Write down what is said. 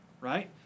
right